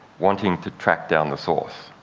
wanting to track down the source